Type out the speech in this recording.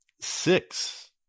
Six